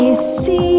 See